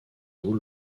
eaux